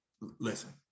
Listen